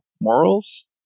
morals